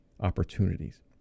opportunities